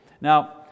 Now